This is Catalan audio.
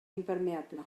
impermeable